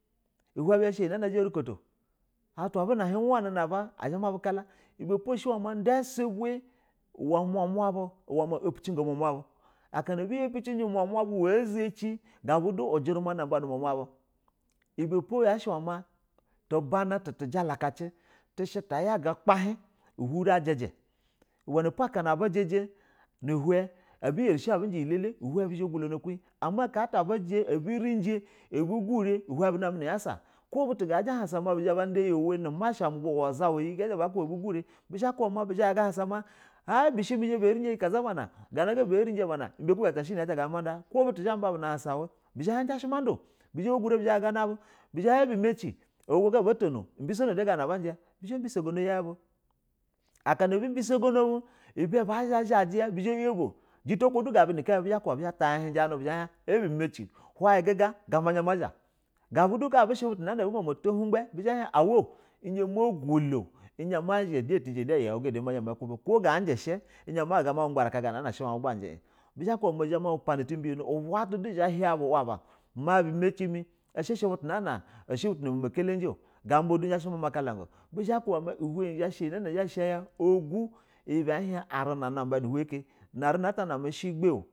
Uhin bu zha sha iyi na azha orukoto atula ve na abu wani ha aba azha mabu kala ibepo da subu uhle momobu ma upjigo mumu abu akana abu upujigi umanla buy a zaci gab u du ujunmia na ba nu umama bu ibe po yashi unla ma tubana ta ti jala kaci tishi ta ya ga ukpan ta huri a jiji, licana po aka na abu jiji nu uhen a bu treshi abu biji shi iyi elele gata abu ji abai rajia a bu gun uhenn bu zha nama nuya sa ko butu ga zha yahasa ma bizha ba da iyi uwe nu masha mu bawa masha maba uwa zawa iyi bizha ba ku ba ma bishi mi a bishi me raji iyi gana ganana bana ibe ka ta she iyi na gata zha ma ida ko butu zha b aba ban a basa uhle, bizha bah in izhashi ma da o bizha guri bizha na nabu ibe ba zha bah in abin sagani akana abu bisogana bu ibe ba zha zhaja bay abo jito iko du gabu nu kai bu abia abizha ba ta ya uhin janu a bi macin hown guga goba izha mazha gabu du ka abi shi butu na ma mo to hingha izha ma zha de izha tizha di ayau mi oko ga jishi izha ma gbaraka gana na maji, in bi zha ba kuba izha ma bu pana ti biyono uba ata do izha ya pa nab u uhla ba tiha bu uhe abi ma bu ma ci mi ushi she butu na ma kalaji o jamba do izha shi mama kalago bizha ba kaba ma uhen hin izha ya shay a ogu oma a hin aruru unaba nu ihen ike arina at ana ma she gbeo.